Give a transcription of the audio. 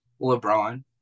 LeBron